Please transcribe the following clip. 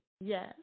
Yes